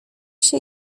się